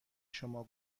شما